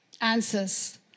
answers